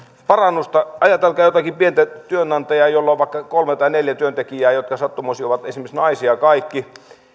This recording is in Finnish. parannusta ajatelkaa jotakin pientä työnantajaa jolla on vaikka kolme tai neljä työntekijää jotka esimerkiksi sattumoisin ovat kaikki